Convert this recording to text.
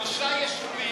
שלושה יישובים,